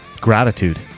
gratitude